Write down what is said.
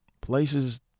places